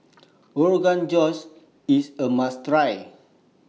Rogan Josh IS A must Try